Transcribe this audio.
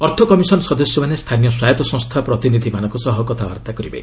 ଅର୍ଥ କମିଶନ ସଦସ୍ୟମାନେ ସ୍ଥାନୀୟ ସ୍ୱାୟତ୍ତ ସଂସ୍ଥା ପ୍ରତିନିଧିମାନଙ୍କ ସହ କଥାବାର୍ତ୍ତା କରିବେ